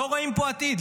לא רואים פה עתיד,